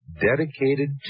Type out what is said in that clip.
dedicated